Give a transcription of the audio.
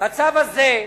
בצו הזה,